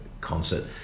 concert